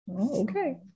Okay